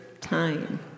time